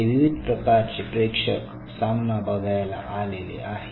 हे विविध प्रकारचे प्रेक्षक सामना बघायला आलेले आहे